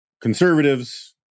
conservatives